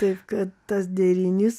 taip kad tas derinys